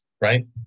right